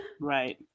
Right